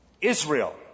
Israel